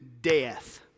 death